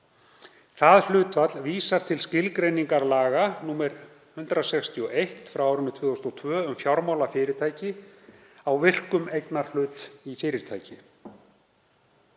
Það hlutfall vísar til skilgreiningar laga nr. 161/2002, um fjármálafyrirtæki, á virkum eignarhlut í fyrirtæki.